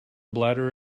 bladder